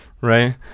right